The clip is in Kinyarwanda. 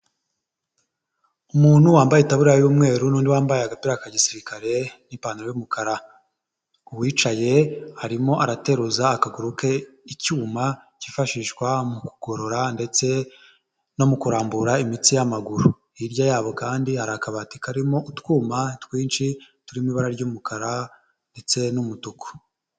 Umuntu wambaye itaburiya y'umweru n'undi wambaye agapira ka gisirikare n'ipantaro y'umukara, uwicaye harimo arateruza akaguru ke icyuma cyifashishwa mu guurura ndetse no mu kurambura imitsi y'amaguru, hirya yabo kandi hari akabati karimo utwuma twinshi turimo ibara ry'umukara ndetse n'umutuku.